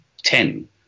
ten